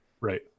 Right